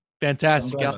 Fantastic